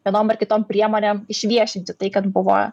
vienom ar kitom priemonėm išviešinti tai kad buvo